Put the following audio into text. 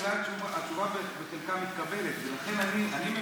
אולי התשובה בחלקה מתקבלת, ולכן, אני מבקש,